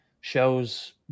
shows